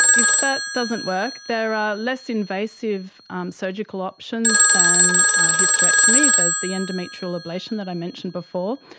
if that doesn't work there are less invasive um surgical options than hysterectomy. there's the endometrial ablation that i mentioned before,